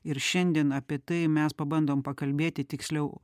ir šiandien apie tai mes pabandom pakalbėti tiksliau